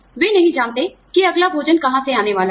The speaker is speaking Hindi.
वे नहीं जानते कि अगला भोजन कहां से आने वाला है